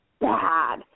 bad